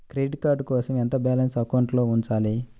Credit card కోసం ఎంత balance అకౌంట్లో ఉంచాలి?